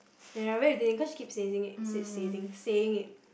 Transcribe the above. ya where you think cause she keeps sazing s~ sazing saying it